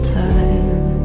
time